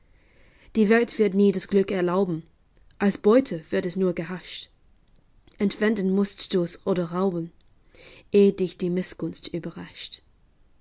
die welt wird nie das glück erlauben als beute wird es nur gehascht entwenden mußt du's oder rauben eh dich die mißgunst überrascht